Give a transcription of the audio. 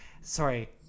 sorry